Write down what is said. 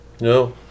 No